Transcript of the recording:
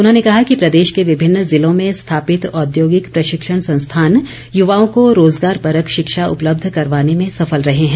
उन्होंने कहा कि प्रदेश के विभिन्न जिलो में स्थापित औद्योगिक प्रशिक्षण संस्थान युवाओं को रोजगार परक शिक्षा उपलब्ध करवाने में सफल रहे हैं